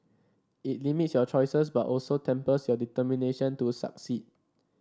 it limits your choices but also tempers your determination to succeed